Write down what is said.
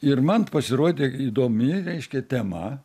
ir man pasirodė įdomi reiškia tema